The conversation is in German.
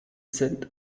sind